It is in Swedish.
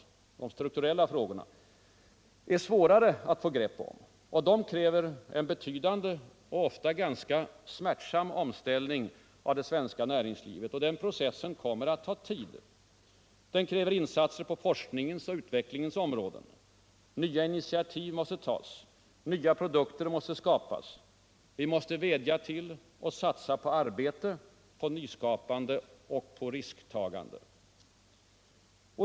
de strukturella frågorna, är svårare att få grepp om. Det kräver en betydande och ofta ganska smärtsam omställning av det svenska näringslivet. Den processen kommer att ta tid. Den kräver insatser på forskningens och utvecklingens område. Nya initiativ måste tas. Nya produkter måste skapas. Vi måste vädja till och satsa på arbete. på Finansdebatt Finansdebatt nyskapande och på risktagande.